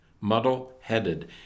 muddle-headed